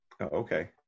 Okay